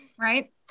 right